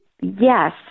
Yes